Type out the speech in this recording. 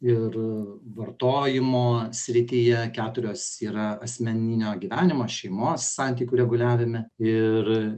ir vartojimo srityje keturios yra asmeninio gyvenimo šeimos santykių reguliavime ir